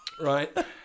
Right